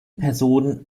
personen